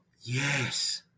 Yes